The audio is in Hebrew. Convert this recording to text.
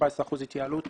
17 אחוזים התייעלות